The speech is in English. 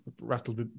rattled